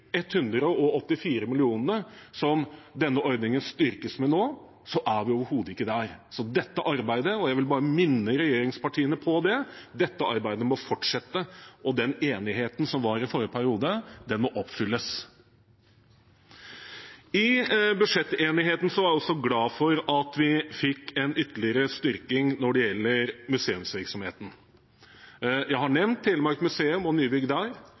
184 mill. kr som denne ordningen styrkes med nå, er vi overhodet ikke der. Så dette arbeidet – og jeg vil bare minne regjeringspartiene på det – må fortsette, og den enigheten som var i forrige periode, må oppfylles. I forbindelse med budsjettenigheten er jeg altså glad for at vi fikk en ytterligere styrking når det gjelder museumsvirksomheten. Jeg har nevnt Telemark Museum og nybygg der,